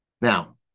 Now